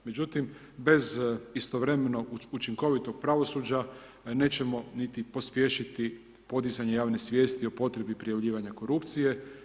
Međutim, bez istovremeno učinkovitog pravosuđa nećemo niti pospješiti podizanje javne svijesti o potrebi prijavljivanja korupcije.